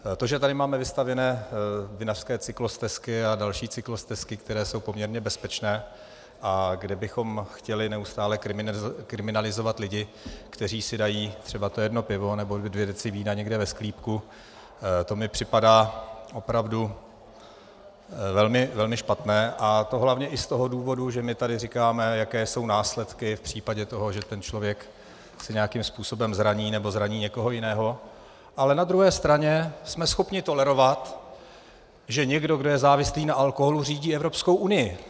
To, že tady máme vystavěné vinařské cyklostezky a další cyklostezky, které jsou poměrně bezpečné a kde bychom chtěli neustále kriminalizovat lidi, kteří si dají třeba to jedno pivo nebo dvě deci vína někde ve sklípku, to mi připadá opravdu velmi špatné, a to hlavně i z toho důvodu, že my tady říkáme, jaké jsou následky v případě toho, že ten člověk se nějakým způsobem zraní nebo zraní někoho jiného, ale na druhé straně jsme schopně tolerovat, že někdo, kdo je závislý na alkoholu, řídí Evropskou unii.